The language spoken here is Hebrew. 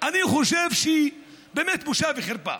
אני חושב שבושה וחרפה